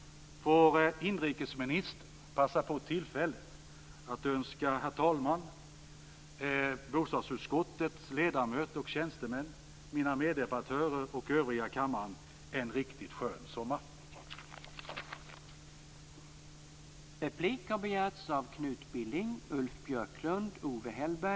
Får inrikesministern passa på tillfället att önska herr talman, bostadsutskottets ledamöter och tjänstemän, mina meddebattörer och övriga kammaren en riktigt skön sommar!